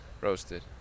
Roasted